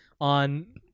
on